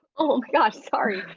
oh gosh, sorry,